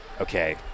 okay